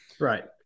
right